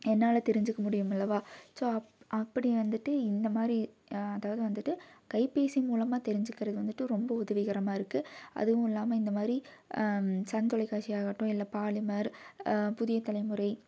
என்னால் தெரிஞ்சுக்க முடியும் அல்லவா ஸோ அப் அப்படி வந்துட்டு இந்த மாதிரி அதாவது வந்துட்டு கைபேசி மூலமாக தெரிஞ்சுக்கிறது வந்துட்டு ரொம்ப உதவிகரமாக இருக்குது அதுவும் இல்லாமல் இந்த மாதிரி சன் தொலைக்காட்சியாகட்டும் இல்லை பாலிமர் புதிய தலைமுறை